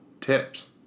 tips